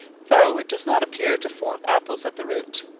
though it does not appear to form apples at the root.